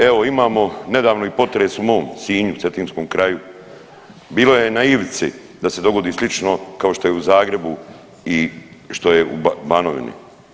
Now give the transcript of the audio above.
Evo imamo nedavno i potres u mom Sinju, Cetinskom kraju bilo je na ivici da se dogodi slično kao što je u Zagrebu i što je u Banovini.